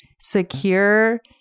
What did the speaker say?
secure